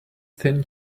thin